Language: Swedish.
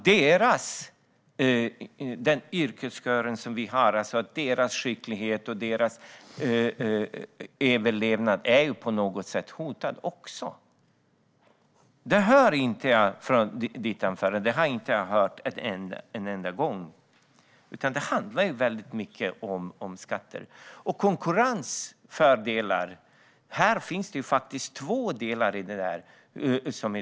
Denna skickliga yrkeskårs överlevnad är på något sätt också hotad. Jag hör inte något om detta i ditt anförande. Det handlar mycket om skatter. När det gäller konkurrensfördelar finns det faktiskt två delar i detta.